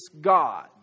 God